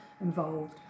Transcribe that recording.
involved